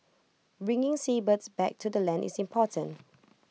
bringing seabirds back to the land is important